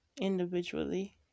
individually